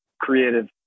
creative